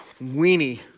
weenie